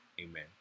amen